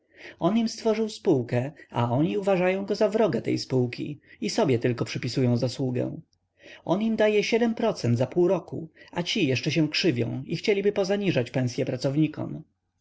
on im stworzył spółkę a oni uważają go za wroga tej spółki i sobie tylko przypisują zasługę on im daje procent za pół roku a ci jeszcze się krzywią i chcieliby pozniżać pensye pracownikom